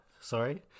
sorry